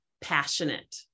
passionate